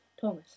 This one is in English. Thomas